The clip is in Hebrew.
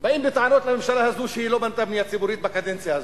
באים בטענות לממשלה הזו שהיא לא בנתה בנייה ציבורית בקדנציה הזו,